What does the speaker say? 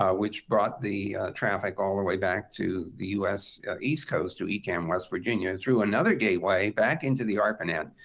ah which brought the traffic all the way back to the us east coast through um west virginia, through another gateway back into the arpanet,